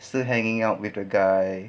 still hanging out with the guy